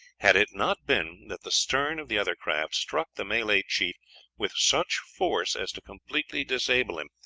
had it not been that the stern of the other craft struck the malay chief with such force as to completely disable him,